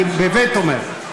אני באמת אומר,